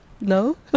No